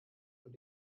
und